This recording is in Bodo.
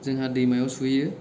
जोंहा दैमायाव सुहैयो